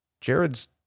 Jared's